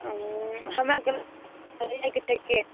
हमरा आरके लैके छै केरा